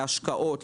להשקעות,